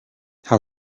how